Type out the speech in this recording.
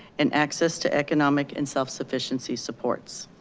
and access to economic and self sufficiency supports.